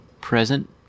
present